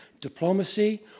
diplomacy